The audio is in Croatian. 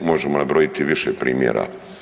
Možemo nabrojiti više primjera.